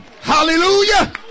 Hallelujah